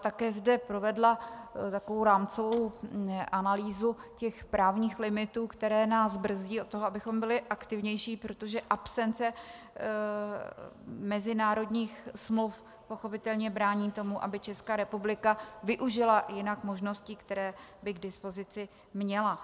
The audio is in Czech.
Také zde provedla takovou rámcovou analýzu právních limitů, které nás brzdí od toho, abychom byli aktivnější, protože absence mezinárodních smluv pochopitelně brání tomu, aby Česká republika využila jinak možností, které by k dispozici měla.